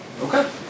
Okay